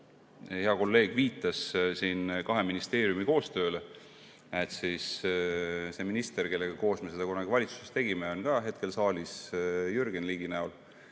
Hea kolleeg viitas siin kahe ministeeriumi koostööle. See minister, kellega koos me seda kunagi valitsuses tegime, on ka hetkel saalis Jürgen Ligi näol.